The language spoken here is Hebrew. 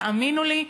תאמינו לי,